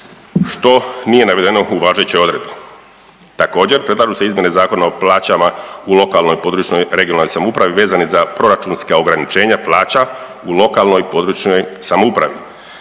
što nije navedeno u važećoj odredbi. Također, predlažu se izmjene Zakona o plaćama u lokalnoj, područnoj (regionalnoj) samoupravi vezane za proračunska ograničenja plaća u lokalnoj, područnoj samoupravi.